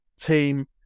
team